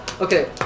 Okay